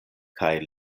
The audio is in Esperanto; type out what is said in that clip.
kaj